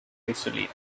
isolated